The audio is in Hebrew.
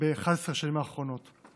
ב-11 השנים האחרונות.